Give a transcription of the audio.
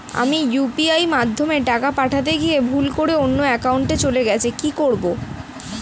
আমি ইউ.পি.আই মাধ্যমে টাকা পাঠাতে গিয়ে ভুল করে অন্য একাউন্টে চলে গেছে কি করব?